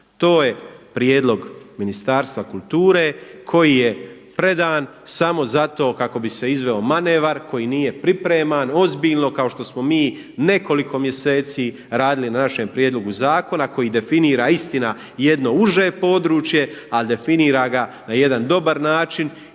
To je prijedlog Ministarstva kulture koji je predan samo zato kako bi se izveo manevar koji nije pripreman ozbiljno kao što smo mi nekoliko mjeseci radili na našem prijedlogu zakona koji definira istina jedno uže područje, a definira ga na jedan dobar način.